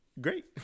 great